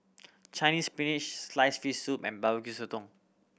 Chinese Spinach sliced fish soup and Barbecue Sotong